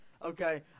Okay